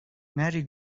نری